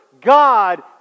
God